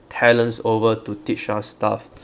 talents over to teach our stuff